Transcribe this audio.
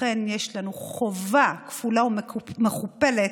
לכן יש לנו חובה כפולה ומכופלת